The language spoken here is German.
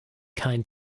kein